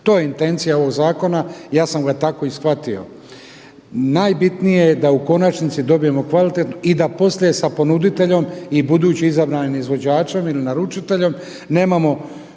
To je intencija ovoga zakona i ja sam ga tako i shvatio. Najbitnije da u konačnici dobijemo kvalitetnu i da poslije sa ponuditeljem i budući izabranim izvođačem ili naručiteljem nemamo